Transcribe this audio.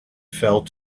fell